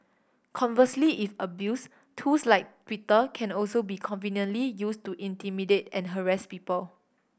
conversely if abused tools like Twitter can also be conveniently used to intimidate and harass people